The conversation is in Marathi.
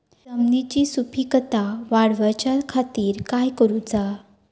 जमिनीची सुपीकता वाढवच्या खातीर काय करूचा?